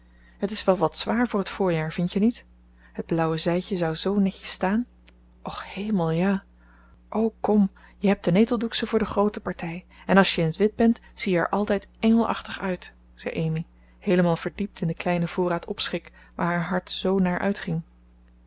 partij het is wel wat zwaar voor het voorjaar vind je niet het blauwe zijdje zou zoo netjes staan och hemel ja o kom je hebt de neteldoeksche voor de groote partij en als je in t wit bent zie je er altijd engelachtig uit zei amy heelemaal verdiept in den kleinen voorraad opschik waar haar hart zoo naar uitging